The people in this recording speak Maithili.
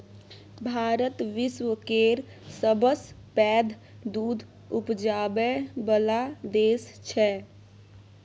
भारत विश्व केर सबसँ पैघ दुध उपजाबै बला देश छै